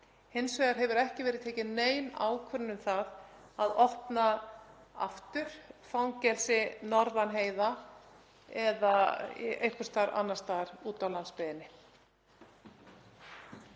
Hins vegar hefur ekki verið tekin nein ákvörðun um það að opna aftur fangelsi norðan heiða eða einhvers staðar annars staðar úti á landsbyggðinni.